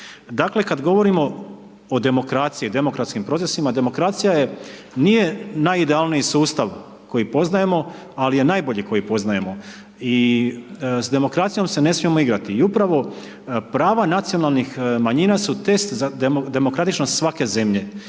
Dakle, kada govorimo o demokraciji i demokratskim procesima, demokracija nije najidealniji sustav koji poznajemo, ali je najbolji koji poznajemo i s demokracijom se ne smijemo igrati. I upravo prava nacionalnih manjina su test za demokratičnost svake zemlje.